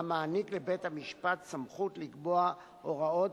המעניק לבית-המשפט סמכות לקבוע הוראות